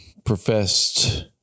Professed